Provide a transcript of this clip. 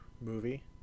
movie